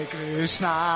Krishna